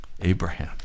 Abraham